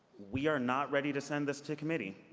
we are not ready to send this to committee.